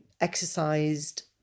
exercised